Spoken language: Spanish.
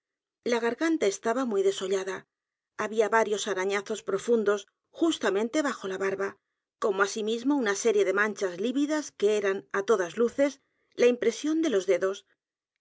la garganta estaba muy desollada había varios arañazos profundos justamente bajo la barba como asimismo una serie de manchas lívidas que eran á todas luces la impresión de los dedos